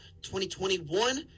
2021